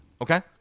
Okay